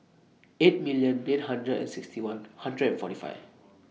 eight million eight hundred and sixty one hundred and forty five